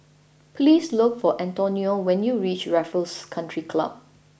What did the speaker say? please look for Antonia when you reach Raffles Country Club